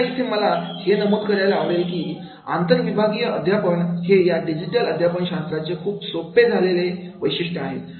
आत्ता इथे मला हे नमूद करायला आवडेल की आंतर विभागीय अध्यापन हे या डिजिटल अध्यापन शास्त्रांमध्ये खूप सोपे झाले आहे